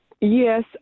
Yes